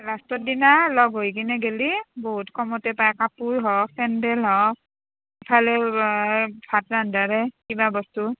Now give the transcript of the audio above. লাষ্টৰ দিনা লগ হৈ কিনে গ'লে বহুত কমতে পাই কাপোৰ হওক চেণ্ডেল হওক ইফালে ভাত ৰান্ধাৰে কিবা বস্তু